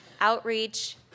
outreach